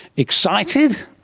excited?